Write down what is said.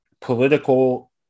political